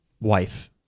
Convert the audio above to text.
wife